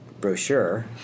brochure